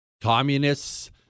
Communists